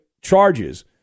charges